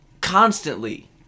constantly